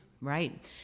right